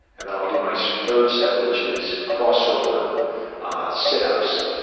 and then i'll do my third set, which is crossover sit-ups.